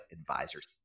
Advisors